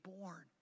born